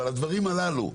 ועל הדברים הללו.